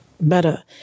better